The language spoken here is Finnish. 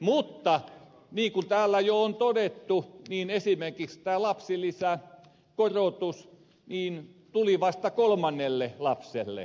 mutta niin kuin täällä jo on todettu esimerkiksi tämä lapsilisäkorotus tuli vasta kolmannelle lapselle